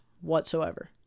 whatsoever